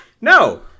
no